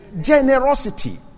Generosity